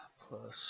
plus